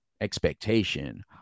expectation